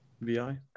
vi